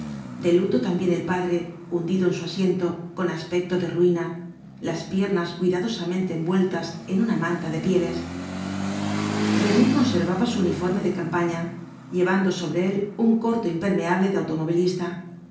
de luto también el padre hundido en su asiento con aspecto de ruina las piernas cuidadosamente entueltas en una manta de pieles rene conservaba su uniforme de campaña llevando sobre él un corto impermeable de automovilista